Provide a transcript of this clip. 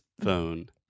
phone